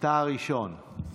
אתה הראשון.